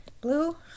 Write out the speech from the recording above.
Blue